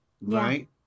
right